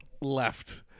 left